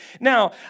Now